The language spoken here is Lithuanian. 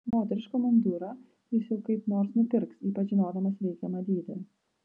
moterišką mundurą jis jau kaip nors nupirks ypač žinodamas reikiamą dydį